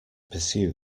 pursue